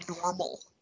normal